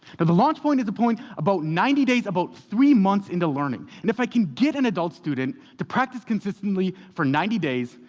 but the launch point is a point about ninety days, three months, into learning, and if i can get an adult student to practice consistently for ninety days,